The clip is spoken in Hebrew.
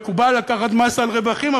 מקובל לקחת מס על רווחים,